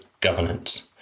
governance